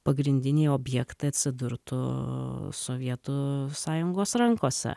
pagrindiniai objektai atsidurtų sovietų sąjungos rankose